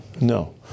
no